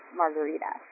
margarita